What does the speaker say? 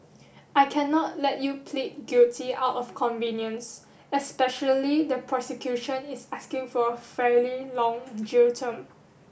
I cannot let you plead guilty out of convenience especially the prosecution is asking for a fairly long jail term